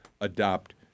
adopt